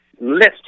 list